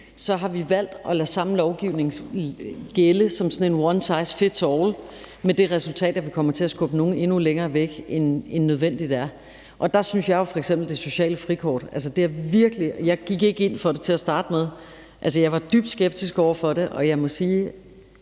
de 10.000 mest udsatte borgere som en slags »one size fits all« med det resultat, at vi kommer til at skubbe nogle endnu længere væk, end nødvendigt er. Jeg gik ikke ind for det sociale frikort til at starte med. Jeg var dybt skeptisk over for det, og jeg må sige,